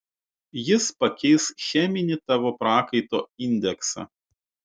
jis pakeis cheminį tavo prakaito indeksą